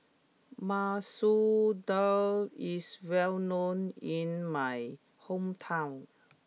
Masoor Dal is well known in my hometown